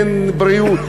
אין בריאות,